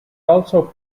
also